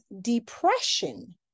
depression